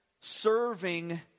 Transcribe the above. serving